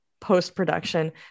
post-production